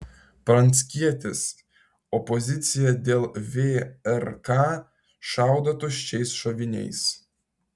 pranckietis opozicija dėl vrk šaudo tuščiais šoviniais